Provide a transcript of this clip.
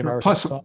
Plus